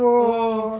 !whoa!